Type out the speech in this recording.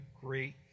great